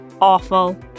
awful